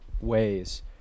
ways